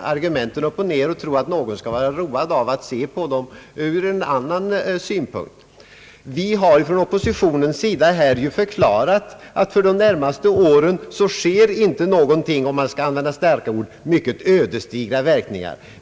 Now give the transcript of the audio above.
argumenten upp och ner och tror att någon skall vara road av att se på dem ur en annan synvinkel. Vi från oppositionen har förklarat att för de närmaste åren medför propositionen inte några — om man skall använda starka ord — mycket ödesdigra verkningar.